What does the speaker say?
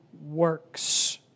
works